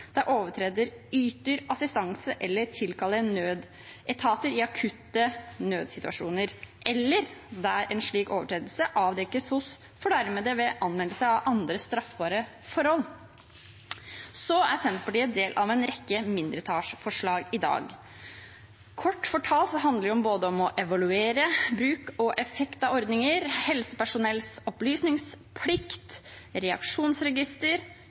overtreder yter assistanse eller tilkaller nødetater i akutte nødsituasjoner, eller der en slik overtredelse avdekkes hos fornærmede ved anmeldelse av andre straffbare forhold.» Senterpartiet er del av en rekke mindretallsforslag i dag. Kort fortalt handler de om å evaluere, bruk og effekt av ordninger, helsepersonells opplysningsplikt, reaksjonsregister,